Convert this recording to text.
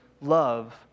love